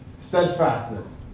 steadfastness